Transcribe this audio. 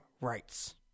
rights